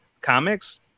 comics